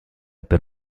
per